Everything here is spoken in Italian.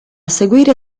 seguire